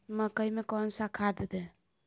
मकई में कौन सा खाद दे?